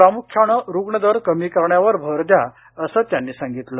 प्रामुख्यान रुग्णदर कमी करण्यावर भर द्या अस त्यांनी सांगितलं